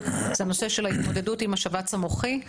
זה הנושא של ההתמודדות עם השבץ המוחי.